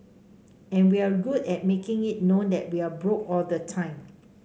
and we're good at making it known that we are broke all the time